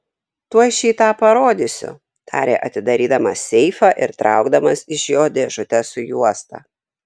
tuoj šį tą parodysiu tarė atidarydamas seifą ir traukdamas iš jo dėžutę su juosta